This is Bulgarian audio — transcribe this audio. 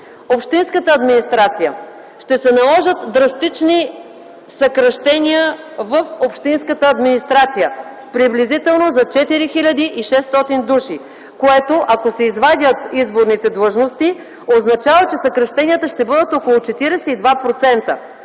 Общинската администрация. Ще се наложат драстични съкращения в общинската администрация приблизително за 4 хил. 600 души. Ако се извадят изборните длъжности, това означава, че съкращенията ще бъдат около 42%.